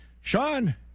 Sean